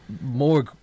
more